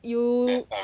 you